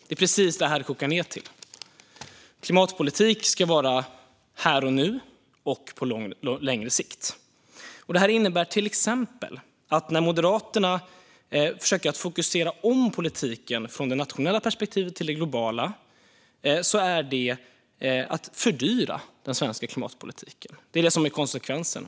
Det är precis det här som det kokar ned till. Klimatpolitik ska vara här och nu och på längre sikt. Det innebär till exempel att när Moderaterna försöker att fokusera om politiken från det nationella perspektivet till det globala är det att fördyra den svenska klimatpolitiken. Det blir konsekvensen.